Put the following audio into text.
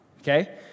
Okay